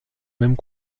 mêmes